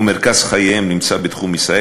ומרכז חייהם נמצא בתחום ישראל,